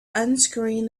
unscrewing